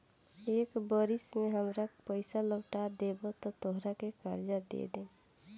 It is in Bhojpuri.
एक बरिस में हामार पइसा लौटा देबऽ त तोहरा के कर्जा दे देम